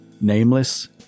Nameless